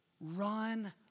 run